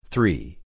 Three